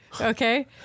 Okay